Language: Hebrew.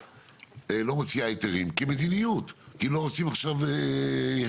לא מוציאה היתרים כמדיניות כי לא רוצים עכשיו דיור.